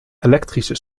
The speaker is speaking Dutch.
elektrische